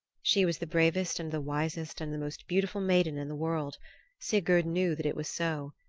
she was the bravest and the wisest and the most beautiful maiden in the world sigurd knew that it was so.